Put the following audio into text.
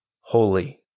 holy